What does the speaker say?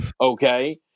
okay